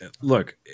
look